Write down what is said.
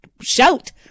shout